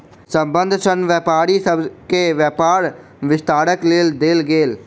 संबंद्ध ऋण व्यापारी सभ के व्यापार विस्तारक लेल देल गेल